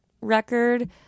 record